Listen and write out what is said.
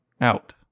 out